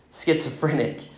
schizophrenic